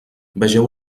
vegeu